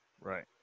Right